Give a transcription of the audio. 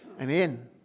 Amen